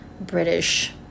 British